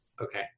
okay